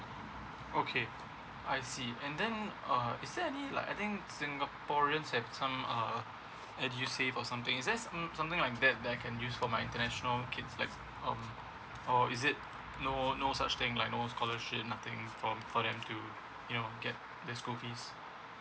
okay I see and then uh is there any like I think singaporean have some uh edusave or something is that some~ something like that that I can use for my international kids like or or is it no no such thing like no scholarship nothing for for them to you know get the school fees